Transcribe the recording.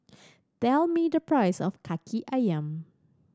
tell me the price of Kaki Ayam